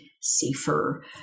safer